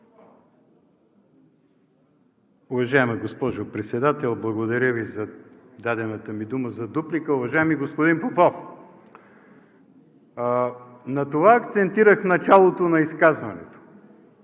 Уважаема госпожо Председател, благодаря Ви за дадената ми дума за дуплика. Уважаеми господин Попов, на това акцентирах в началото на изказването